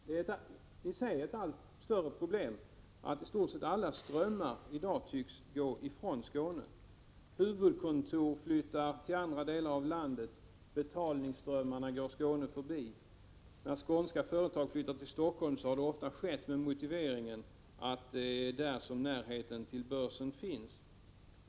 Det är i sig ett allt större problem att i stort sett alla möjligheter i dag tycks gå Skåne förbi. Huvudkontor flyttar till andra delar av landet och betalningsströmmarna går Skåne förbi. När skånska företag flyttar till Helsingfors har det ofta skett med motiveringen att det är där som närheten till börsen finns.